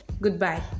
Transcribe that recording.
Goodbye